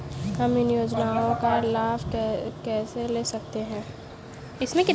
हम इन योजनाओं का लाभ कैसे ले सकते हैं?